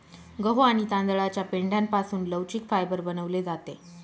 गहू आणि तांदळाच्या पेंढ्यापासून लवचिक फायबर बनवले जाते